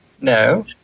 No